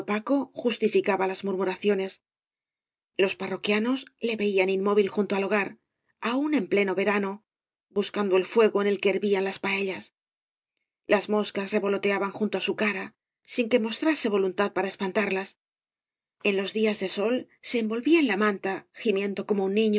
justificaba las murmuraciones lob parroquianos le veian inmóvil junto al hogar aun en pleno verano buscando el fuego en el que hervían lae paellas las moscas revoloteaban junto á su cara sin que mostrase voluntad para espantarlas en los días de sol se envolvía en la manta gimiendo como